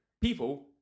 people